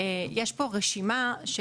יש פה רשימה של